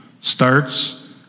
starts